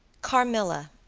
carmilla,